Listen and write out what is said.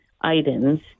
items